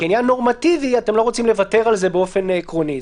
כעניין נורמטיבי אתם לא רוצים לוותר על זה באופן עקרוני.